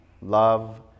Love